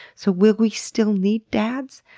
so will we still need dads?